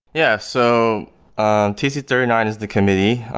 yeah. so ah t c three nine is the committee,